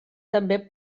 també